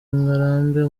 ngarambe